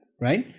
right